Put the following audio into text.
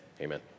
amen